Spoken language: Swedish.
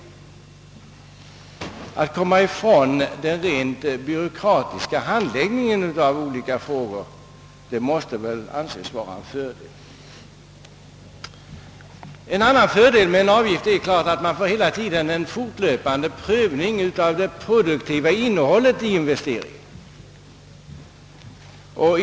Att så mycket som möjligt komma ifrån den rent byråkratiska handläggningen av dessa frågor måste vara en fördel. En annan fördel med avgiften är att det hela tiden sker en fortlöpande prövning av det produktiva innehållet i en investering.